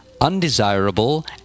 undesirable